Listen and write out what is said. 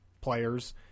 players